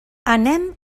anem